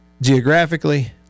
geographically